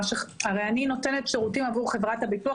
אני נותנת שירותים עבור חברת הביטוח